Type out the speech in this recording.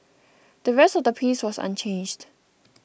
the rest of the piece was unchanged